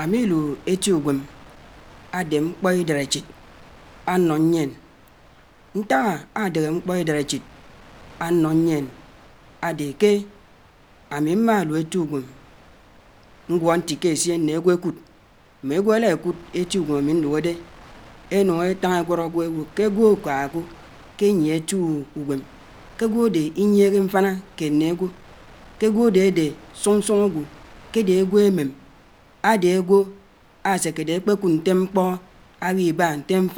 Ámi ilù étõ ùwém ádè mkpò idáráèchia ánnó nyièn ágwò. ibihè ják nè ámi nsió ukpoñ ámi nke man utó ágwò sé ámi nkémĩ sió ukpoñ maa ádè ágwò ásáñákè kè mbèd nè itém